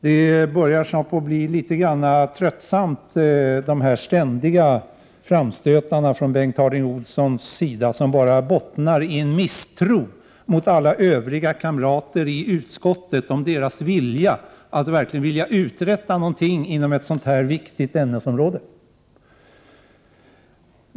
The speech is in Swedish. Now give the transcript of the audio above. Det börjar bli litet tröttsamt med de ständiga framstötarna från Bengt Harding Olsons sida. De bottnar bara i misstro mot utskottskamraternas vilja att verkligen uträtta någonting på det här viktiga ämnesområdet.